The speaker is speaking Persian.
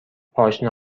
پاشنه